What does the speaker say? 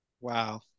Wow